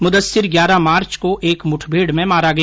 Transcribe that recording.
मुदस्सिर ग्यारह मार्च को एक मुठभेड़ में मारा गया